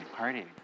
party